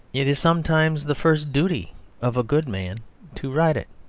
it is sometimes the first duty of a good man to write it.